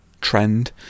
trend